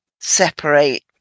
separate